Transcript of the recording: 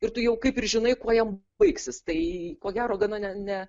ir tu jau kaip ir žinai kuo jam baigsis tai ko gero gana ne ne